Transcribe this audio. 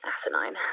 Asinine